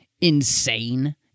insane